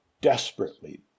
desperately